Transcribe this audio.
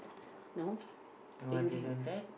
no then don't have